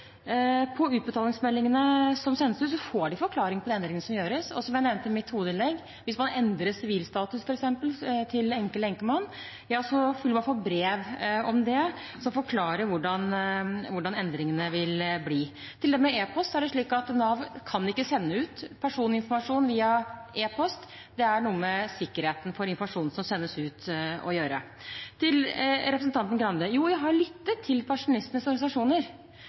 På utbetalingsmeldingene som sendes ut, får man forklaring på de endringene som gjøres, og som jeg nevnte i mitt hovedinnlegg, vil man, hvis man endrer sivilstatus f.eks. til enke eller enkemann, få brev om det som forklarer hvordan endringene vil bli. Når det gjelder e-post, er det slik at Nav ikke kan sende ut personlig informasjon via e-post. Det har å gjøre med sikkerheten for den informasjonen som sendes ut. Til representanten Grande: Jo, jeg har lyttet til pensjonistenes organisasjoner,